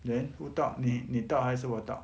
then who talk 你 talk 还是我 talk